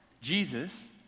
Jesus